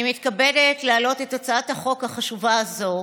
אני מתכבדת להעלות את הצעת החוק החשובה הזו: